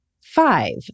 five